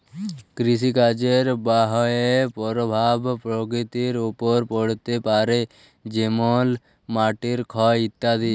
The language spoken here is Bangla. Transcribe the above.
কৃষিকাজের বাহয়ে পরভাব পরকৃতির ওপর পড়তে পারে যেমল মাটির ক্ষয় ইত্যাদি